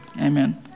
Amen